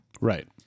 Right